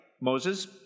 Moses